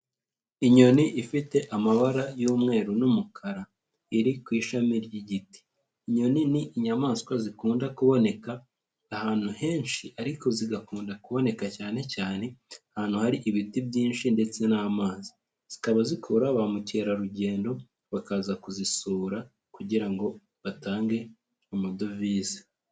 Inyoni ifite amabara y'umweru n'umukara, iri ku ishami ry'igiti, inyoni ni inyamaswa zikunda kuboneka ahantu henshi ariko zigakunda kuboneka cyane cyane ahantu hari ibiti byinshi ndetse n'amazi, zikaba zikurura ba mukerarugendo bakaza kuzisura, kugira ngo batange amadovize.